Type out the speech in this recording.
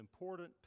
important